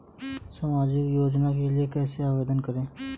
सामाजिक योजना के लिए कैसे आवेदन करें?